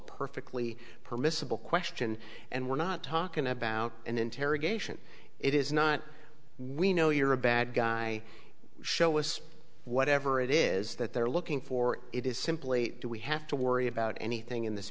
perfectly permissible question and we're not talking about an interrogation it is not we know you're a bad guy show was whatever it is that they're looking for it is simply do we have to worry about anything in this